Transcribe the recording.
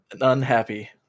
unhappy